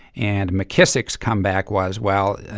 and mckissick's come back was, well,